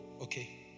Okay